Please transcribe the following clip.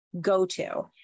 go-to